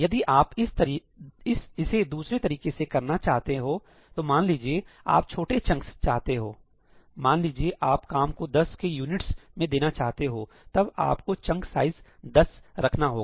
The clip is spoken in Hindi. यदि आप इसे दूसरे तरीके से करना चाहते हो तो मान लीजिए आप छोटे चंक्स चाहते हो मान लीजिए आप काम को 10 के यूनिट्स में देना चाहते हो तब आपको चंक साइज 10 रखना होगा